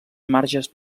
marges